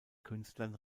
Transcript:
künstlern